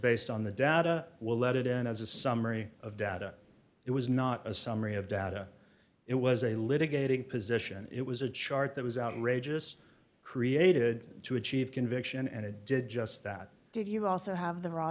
based on the data will let it in as a summary of data it was not a summary of data it was a litigating position it was a chart that was outrageous created to achieve conviction and it did just that did you also have the raw